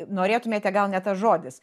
norėtumėte gal ne tas žodis